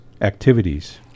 activities